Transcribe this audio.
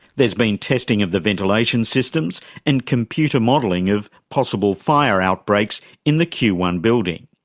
there's been testing of the ventilation systems and computer modelling of possible fire outbreaks in the q one building.